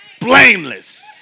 blameless